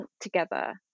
together